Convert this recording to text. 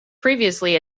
previously